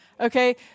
Okay